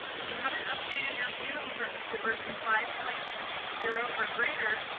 if you haven't updated your resume but to version five point zero or greater,